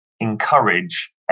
encourage